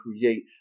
create